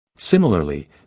Similarly